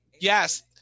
yes